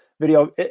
video